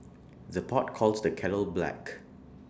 the pot calls the kettle black